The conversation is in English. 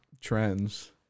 trends